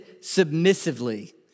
submissively